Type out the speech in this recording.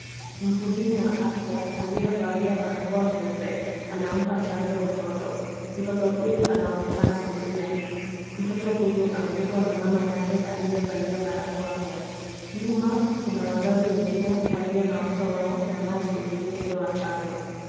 Mhudumu wa afya, aliyevalia barakoa nyeupe anampa chanjo mtoto. Mtoto huyu anaonekana kulia. Mtoto huyu amebebwa na mama yake aliyevalia barakoa pia. Nyuma kuna wazazi wengine walio na watoto wao wanaosubiri kupewa chanjo.